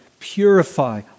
purify